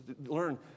learn